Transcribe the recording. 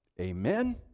Amen